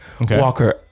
Walker